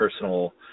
personal